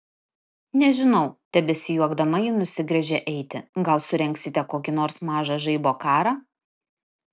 nežinau tebesijuokdama ji nusigręžė eiti gal surengsite kokį nors mažą žaibo karą